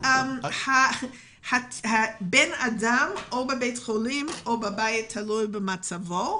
השאלה האם היא נמצאת בבית או בבית החולים תלויה במצבה,